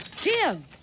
Jim